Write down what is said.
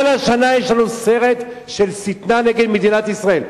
כל השנה יש לנו סרט של שטנה נגד מדינת ישראל,